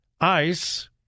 ICE